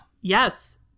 Yes